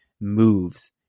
moves